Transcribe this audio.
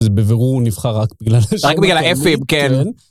זה בבירור הוא נבחר רק בגלל השאלה העברית. רק בגלל האפים, כן.